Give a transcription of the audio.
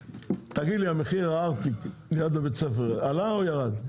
מחיר הארטיק ליד בית הספר עלה או ירד?